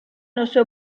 local